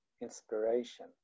inspiration